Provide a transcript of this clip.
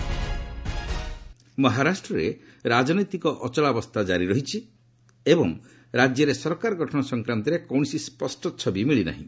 ମହା ପଲିଟିକ୍ସ ମହାରାଷ୍ଟ୍ରରେ ରାଜନୈତିକ ଅଚଳାବସ୍ଥା ଜାରି ରହିଛି ଏବଂ ରାଜ୍ୟରେ ସରକାର ଗଠନ ସଂକ୍ରାନ୍ତରେ କୌଣସି ସ୍ୱଷ୍ଟ ଛବି ମିଳି ନାହିଁ